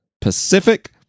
Pacific